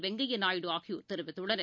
வெங்கையாநாயுடு ஆகியோர் தெரிவித்துள்ளனர்